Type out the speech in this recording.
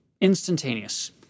instantaneous